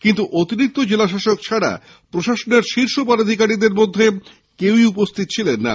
কিন্তু অতিরিক্ত জেলাশাসক ছাড়া প্রশাসনের শীর্ষ পদাধিকারীদের কেউই উপস্থিত ছিলেন না